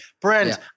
Brent